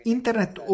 Internet